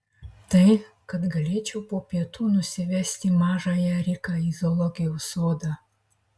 tai kad galėčiau po pietų nusivesti mažąją riką į zoologijos sodą